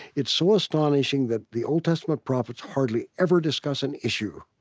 it's so astonishing that the old testament prophets hardly ever discuss an issue.